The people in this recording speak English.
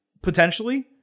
Potentially